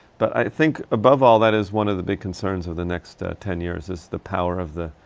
but i think above all that is one of the big concerns of the next ah ten years, is the power of the